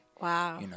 Wow